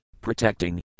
protecting